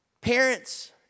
Parents